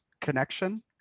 connection